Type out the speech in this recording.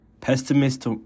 Pessimist